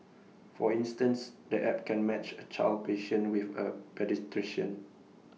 for instance the app can match A child patient with A paediatrician